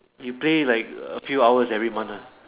you play like a few hours every month lah